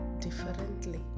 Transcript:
differently